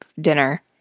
dinner